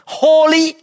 holy